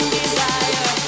desire